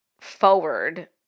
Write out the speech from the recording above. forward